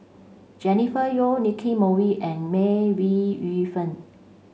Jennifer Yeo Nicky Moey and May Wee Yu Fen